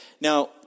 Now